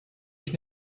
ich